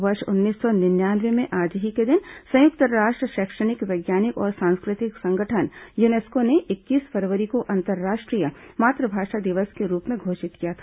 वर्ष उन्नीस सौ निन्यानवे में आज ही के दिन संयुक्त राष्ट्र शैक्षणिक वैज्ञानिक और सांस्कृतिक संगठन यूनेस्को ने इक्कीस फरवरी को अंतरराष्ट्रीय मातृभाषा दिवस के रूप में घोषित किया था